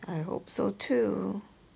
I hope so too